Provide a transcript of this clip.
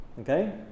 Okay